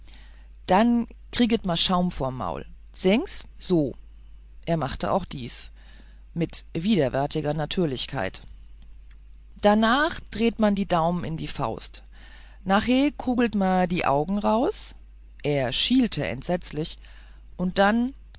dann kriegt me schaum vorm maul sengen s so er machte auch dies mit widerwärtiger natürlichkeit nachhe drehte ma die daumen in die faust nachhe kugelt me die augen raus er schielte entsetzlich und dann